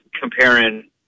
comparing